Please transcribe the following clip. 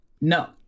No